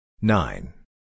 Nine